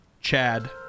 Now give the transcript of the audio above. Chad